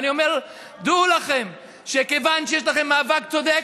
אני אומר: דעו לכם שכיוון שיש לכם מאבק צודק,